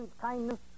kindness